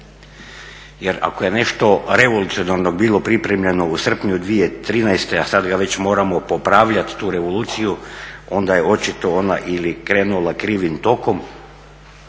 Jer ako je nešto revolucionarno bilo pripremljeno u srpnju 2013., a sada ga već moramo popravljati tu revoluciju, onda je očito ona ili krenula krivim tokom